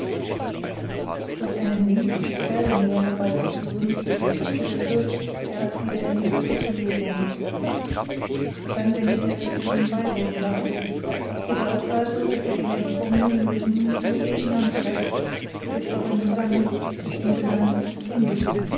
durch einen wink die pferde näher herbeizuführen brachte der fürst zuerst wieder in die gruppe bewegung dann wendete er sich zu dem weibe und sagte ihr glaubt also daß ihr den entsprungenen löwen wo ihr ihn antrefft durch euren gesang durch den gesang dieses kindes